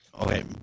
Okay